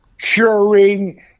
curing